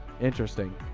interesting